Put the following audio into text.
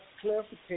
clarification